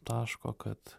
taško kad